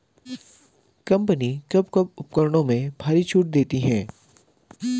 Company कब कब उपकरणों में भारी छूट देती हैं?